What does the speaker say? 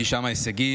כי שם ההישגים,